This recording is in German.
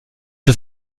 das